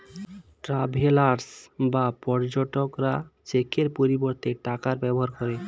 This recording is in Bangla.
ট্রাভেলার্স বা পর্যটকরা চেকের পরিবর্তে টাকার ব্যবহার করে